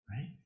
right